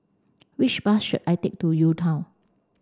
which bus should I take to UTown